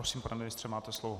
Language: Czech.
Prosím, pane ministře, máte slovo.